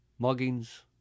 muggings